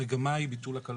המגמה היא ביטול הקלות.